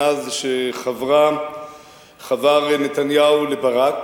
מאז חבר נתניהו לברק,